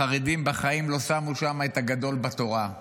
החרדים בחיים לא שמו שם את הגדול בתורה.